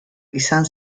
izan